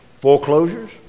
Foreclosures